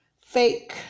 fake